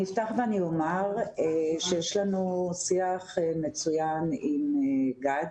אני אפתח ואני אומר שיש לנו שיח מצוין עם גד.